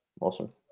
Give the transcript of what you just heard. Awesome